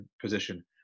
position